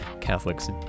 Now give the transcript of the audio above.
Catholics